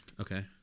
Okay